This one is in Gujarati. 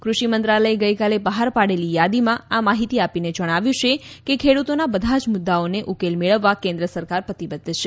કૃષિ મંત્રાલયે ગઇકાલે બહાર પાડેલી યાદીમાં આ માહિતી આપીને જણાવ્યું છે કે ખેડૂતોના બધા જ મુદ્દાઓને ઉકેલ મેળવવા કેન્દ્ર સરકાર પ્રતિબદ્ધ છે